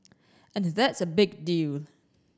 and that's a big deal